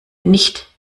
nicht